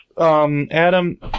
Adam